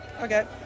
Okay